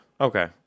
Okay